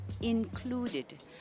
included